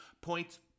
points